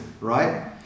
right